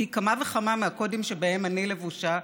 פי כמה וכמה מהקודים שבהם אני לבושה,